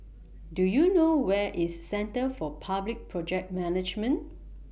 Do YOU know Where IS Centre For Public Project Management